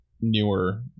newer